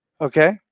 Okay